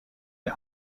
les